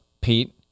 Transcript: Pete